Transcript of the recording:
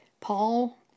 Paul